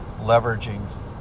leveraging